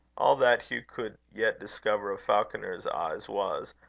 all that hugh could yet discover of falconer's eyes was,